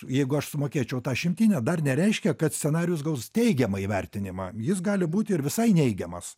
jeigu aš sumokėčiau tą šimtinę dar nereiškia kad scenarijus gaus teigiamą įvertinimą jis gali būti ir visai neigiamas